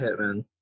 hitman